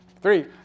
Three